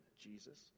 Jesus